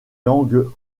langues